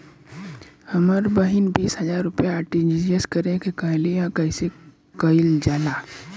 हमर बहिन बीस हजार रुपया आर.टी.जी.एस करे के कहली ह कईसे कईल जाला?